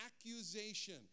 accusation